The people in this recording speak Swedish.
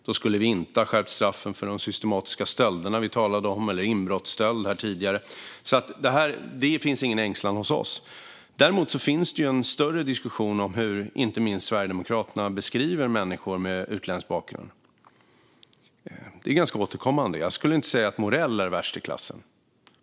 Då skulle vi inte ha skärpt straffen för de systematiska stölderna som vi talade om här tidigare eller inbrottsstöld. Det finns ingen ängslan hos oss. Däremot finns en större diskussion om hur inte minst Sverigedemokraterna beskriver människor med utländsk bakgrund. Det är ganska återkommande. Jag skulle inte säga att Morell är värst i klassen.